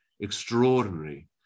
extraordinary